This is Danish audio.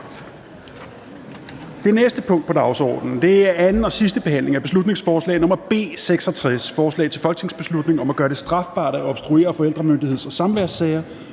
Det næste punkt på dagsordenen er: 4) 2. (sidste) behandling af beslutningsforslag nr. B 66: Forslag til folketingsbeslutning om at gøre det strafbart at obstruere forældremyndigheds- og samværssager